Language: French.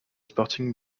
sporting